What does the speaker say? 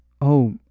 Oh